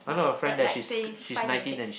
at like twenty five twenty six